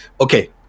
Okay